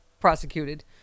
prosecuted